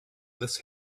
this